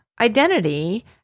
identity